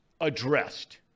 addressed